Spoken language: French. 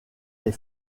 les